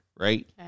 Right